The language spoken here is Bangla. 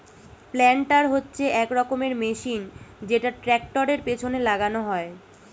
প্ল্যান্টার হচ্ছে এক রকমের মেশিন যেটা ট্র্যাক্টরের পেছনে লাগানো হয়